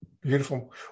Beautiful